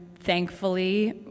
thankfully